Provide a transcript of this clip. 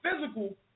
physical